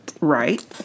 Right